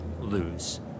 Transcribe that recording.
lose